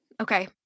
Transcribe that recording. okay